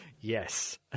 Yes